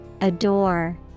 Adore